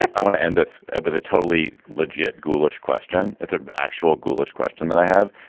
i want to end this with a totally logit ghoulish question. it's an actual ghoulish question that i have,